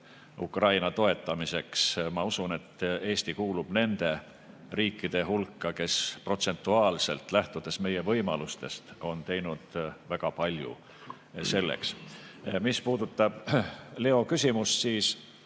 Ukraina toetamiseks. Ma usun, et Eesti kuulub nende riikide hulka, kes protsentuaalselt, lähtudes meie võimalustest, on teinud selleks väga palju. Mis puudutab Leo küsimust, siis